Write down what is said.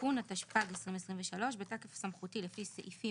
תיקון התשפ"ג 2023 בתוקף סמכותי לפי סעיפים